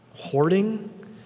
hoarding